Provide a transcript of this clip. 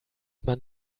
man